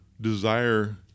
desire